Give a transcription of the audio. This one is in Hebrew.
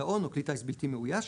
דאון או כלי טיס בלתי מאויש,